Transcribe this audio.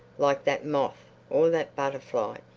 like that moth, or that butterfly,